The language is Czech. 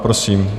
Prosím.